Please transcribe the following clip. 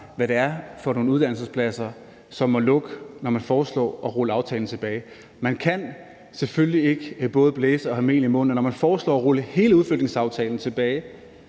hvad det er for nogle uddannelsespladser, som må lukke, når man foreslår at rulle aftalen tilbage. Man kan selvfølgelig ikke både blæse og have mel i munden, og når man foreslår at rulle hele udflytningsaftalen tilbage